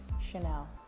Chanel